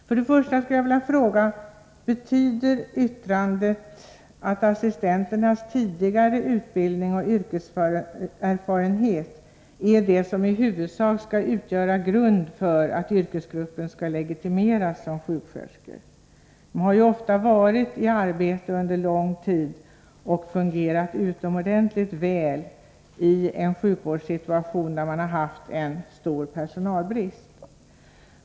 För det första skulle jag vilja fråga: Betyder yttrandet att det är assistenternas tidigare utbildning och yrkeserfarenhet som i huvudsak skall utgöra grund för att yrkesgruppen skall legitimeras som sjuksköterskor? De har ju ofta arbetat under lång tid och fungerat utomordentligt väl i en sjukvårdssituation där det har rått stor personalbrist.